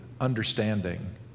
understanding